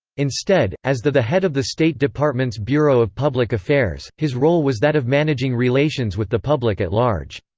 instead, as the the head of the state department's bureau of public affairs, his role was that of managing relations with the public at large.